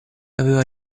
aveva